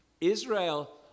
Israel